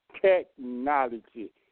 Technology